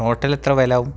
total എത്ര വിലയാവും